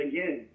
Again